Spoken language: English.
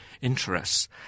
interests